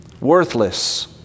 worthless